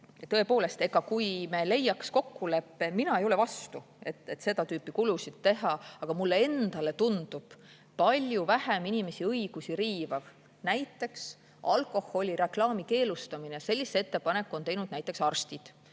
Tõepoolest, kui me leiaks kokkuleppe, mina ei ole vastu, et seda tüüpi kulusid teha, aga mulle endale tundub palju vähem inimese õigusi riivav näiteks alkoholireklaami keelustamine. Sellise ettepaneku on teinud arstid